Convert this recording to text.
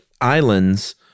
Islands